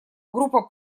группа